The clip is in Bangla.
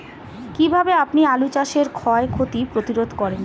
কীভাবে আপনি আলু চাষের ক্ষয় ক্ষতি প্রতিরোধ করেন?